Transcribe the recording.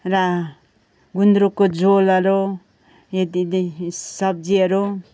र गुन्द्रुकको झोलहरू यतिति सब्जीहरू